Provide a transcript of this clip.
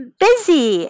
busy